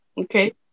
okay